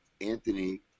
Anthony